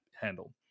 handle